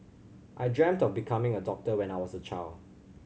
I dreamt of becoming a doctor when I was a child